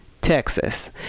Texas